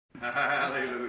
Hallelujah